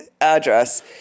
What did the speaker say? address